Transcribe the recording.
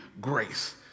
grace